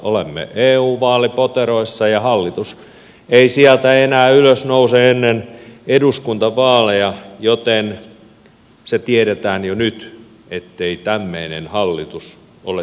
olemme eu vaalipoteroissa ja hallitus ei sieltä enää ylös nouse ennen eduskuntavaaleja joten se tiedetään jo nyt ettei tämmöinen hallitus ole toimintakykyinen